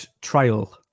trial